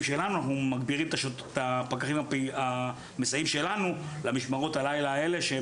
שלנו אנחנו מגבירים את הפקחים המסייעים שלנו למשמרות הלילה האלה.